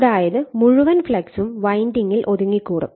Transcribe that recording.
അതായത് മുഴുവൻ ഫ്ളക്സും വൈൻഡിങ്ങിൽ ഒതുങ്ങിക്കൂടും